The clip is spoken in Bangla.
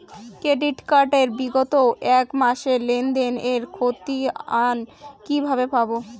ক্রেডিট কার্ড এর বিগত এক মাসের লেনদেন এর ক্ষতিয়ান কি কিভাবে পাব?